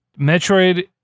Metroid